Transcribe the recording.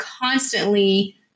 constantly